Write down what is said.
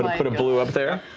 um put a blue up there.